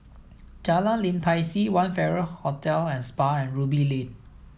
Jalan Lim Tai See One Farrer Hotel and Spa and Ruby Lane